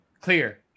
Clear